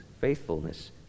faithfulness